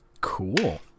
cool